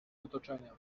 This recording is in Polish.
otoczenia